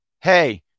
hey